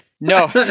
No